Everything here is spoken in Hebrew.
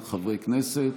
כנסת.